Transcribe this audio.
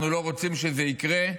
אנחנו לא רוצים שזה יקרה,